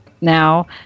now